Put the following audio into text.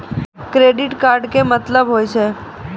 Credit card के मतलब होय छै?